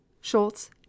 Schultz